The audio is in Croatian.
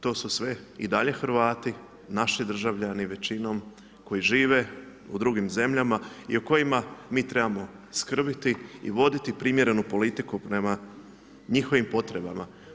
To su sve i dalje Hrvati, naši državljani većinom koji žive u drugim zemljama i o kojima mi trebamo skrbiti i voditi primjerenu politiku prema njihovim potrebama.